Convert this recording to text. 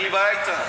אין לי בעיה אתם.